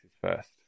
first